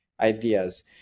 ideas